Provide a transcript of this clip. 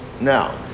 Now